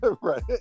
Right